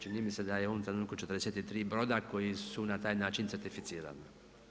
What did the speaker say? Čini mi se da je u ovom trenutku 43 broda koji su na taj način certificirana.